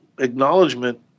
acknowledgement